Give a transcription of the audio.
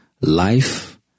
Life